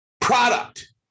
product